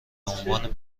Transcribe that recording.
عنوان